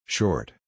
Short